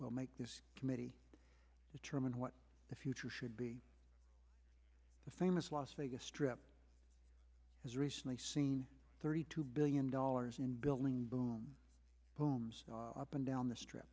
will make this committee determine what the future should be the famous las vegas strip has recently seen thirty two billion dollars in building boom boom up and down the strip